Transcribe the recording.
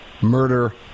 murder